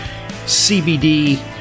CBD